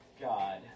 God